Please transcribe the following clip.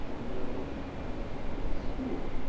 no more school!